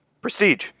Prestige